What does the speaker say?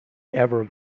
ever